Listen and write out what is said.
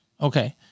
Okay